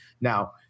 Now